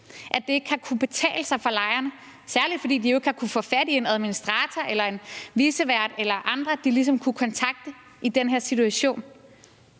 at det ikke har kunnet betale sig for lejerne, særlig fordi de jo ikke har kunnet få fat i en administrator eller en vicevært eller andre, de ligesom kunne kontakte i den her situation.